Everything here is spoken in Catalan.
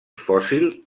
fòssil